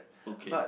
okay